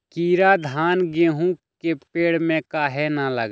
कीरा धान, गेहूं के पेड़ में काहे न लगे?